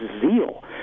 zeal